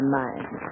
mind